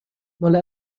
ماله